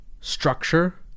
structure